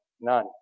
none